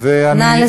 נא לסיים.